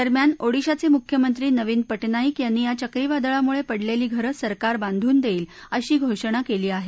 दरम्यान ओडिशाचे मुख्यमंत्री नवीन पटनाईक यांनी या चक्रीवादळामुळे पडलेली घरं सरकार बांधून देईल अशी घोषणा केली आहे